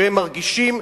שהם מרגישים,